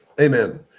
Amen